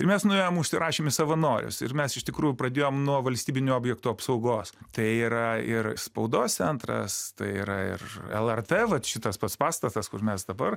ir mes nuėjom užsirašėm į savanorius ir mes iš tikrųjų pradėjom nuo valstybinių objektų apsaugos tai yra ir spaudos centras tai yra ir lrt vat šitas pats pastatas kur mes dabar